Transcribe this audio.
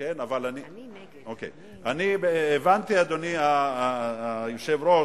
אני הבנתי, אדוני היושב-ראש,